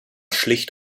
schlicht